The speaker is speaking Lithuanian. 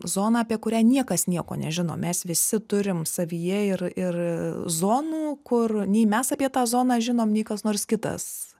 zona apie kurią niekas nieko nežino mes visi turim savyje ir ir zonų kur nei mes apie tą zoną žinom nei kas nors kitas